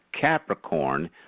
Capricorn